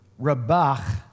Rebach